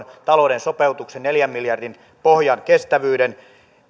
talouden sopeutuksen neljän miljardin pohjan kestävyyden